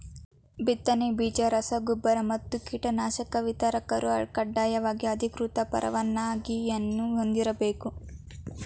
ಬಿತ್ತನೆ ಬೀಜ ರಸ ಗೊಬ್ಬರಗಳು ಮತ್ತು ಕೀಟನಾಶಕಗಳ ವಿತರಕರು ಕಡ್ಡಾಯವಾಗಿ ಅಧಿಕೃತ ಪರವಾನಗಿಯನ್ನೂ ಹೊಂದಿರ್ಬೇಕು